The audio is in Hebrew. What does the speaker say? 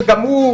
שגם הוא,